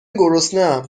گرسنهام